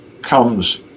comes